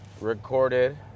recorded